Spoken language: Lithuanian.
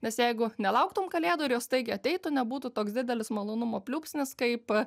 nes jeigu nelauktum kalėdų ir jos staigiai ateitų nebūtų toks didelis malonumo pliūpsnis kaip